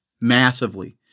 massively